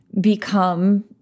become